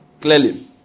clearly